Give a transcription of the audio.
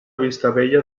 vistabella